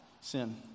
sin